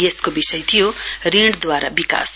यसको विषय थियो ऋणद्वारा विकास